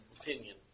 opinion